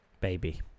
Baby